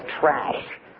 trash